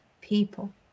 people